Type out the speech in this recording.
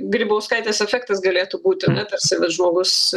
grybauskaitės efektas galėtų būti na tarsi jinai žmogus